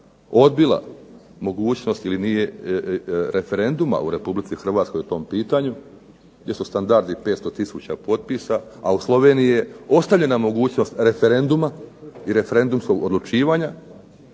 odbila mogućnost referenduma u RH po tom pitanju gdje su standardi 500 tisuća potpisa, a u Sloveniji je ostavljena mogućnost referenduma i referendumskog odlučivanja,